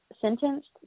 Sentenced